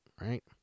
Right